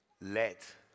let